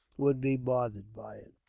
would be bothered by it.